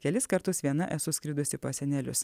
kelis kartus viena esu skridusi pas senelius